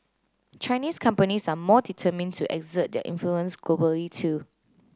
Chinese companies are more determined to exert their influence globally too